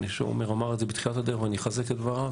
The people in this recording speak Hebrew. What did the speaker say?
ואני חושב שעמר אמר את זה בתחילת הדרך ואני אחזק את דבריו,